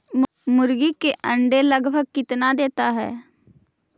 मुर्गी के अंडे लगभग कितना देता है?